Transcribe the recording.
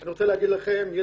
אני רוצה להגיד שיש